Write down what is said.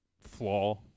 flaw